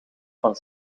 van